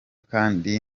kandi